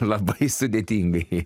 labai sudėtingai